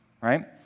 Right